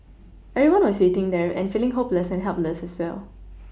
everyone was waiting there and feeling hopeless and helpless as well